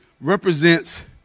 represents